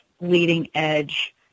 leading-edge